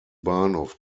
bahnhof